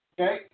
okay